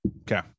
Okay